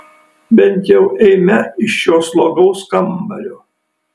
bent jau eime iš šio slogaus kambario